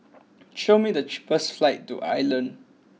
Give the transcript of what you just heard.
show me the cheapest flights to Ireland